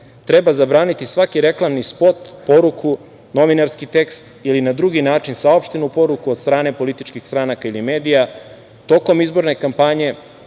Treba zabraniti svaki reklamni spot, poruku, novinarski tekst, ili na drugi način saopštenu poruku od strane političkih stranaka ili medija, tokom izborne kampanje